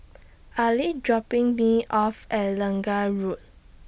Ali dropping Me off At Lange Road